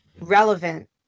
relevant